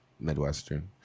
midwestern